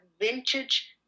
vintage